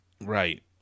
Right